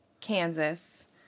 Kansas